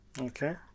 Okay